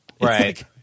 Right